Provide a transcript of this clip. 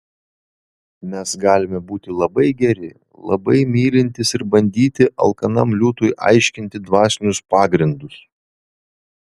mes galime būti labai geri labai mylintys ir bandyti alkanam liūtui aiškinti dvasinius pagrindus